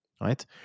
right